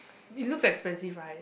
it looks expensive right